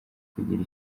kugira